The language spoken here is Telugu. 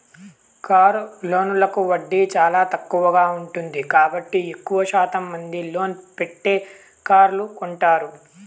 కారు లోన్లకు వడ్డీ చానా తక్కువగా ఉంటుంది కాబట్టి ఎక్కువ శాతం మంది లోన్ పెట్టే కార్లు కొంటారు